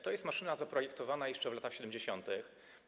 To jest maszyna zaprojektowana jeszcze w latach 70.